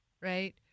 right